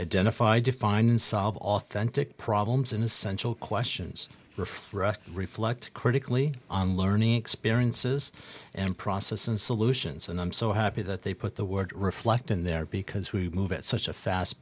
identify define solve authentic problems and essential questions reflect reflect critically on learning experiences and process and solutions and i'm so happy that they put the word reflect in there because we move at such a fast